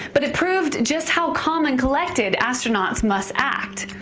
but it proved just how calm and collected astronauts must act.